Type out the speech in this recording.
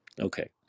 okay